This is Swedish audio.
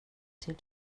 till